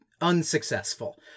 unsuccessful